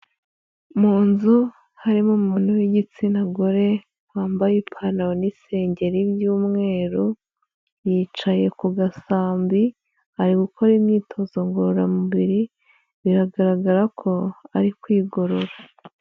Mu nzu harimo umuntu w'igitsina gore wambaye ipantaro n'isengeri by'umweru, yicaye ku gasambi ari gukora imyitozo ngororamubiri biragaragara ko ari kwigorora.